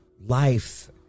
life